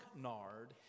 Nard